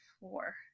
four